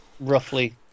roughly